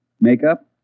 Makeup